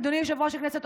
אדוני יושב-ראש הכנסת,